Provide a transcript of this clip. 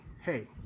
hey